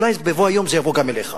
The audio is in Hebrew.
אולי בבוא היום זה יבוא גם אליך.